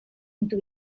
into